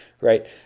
right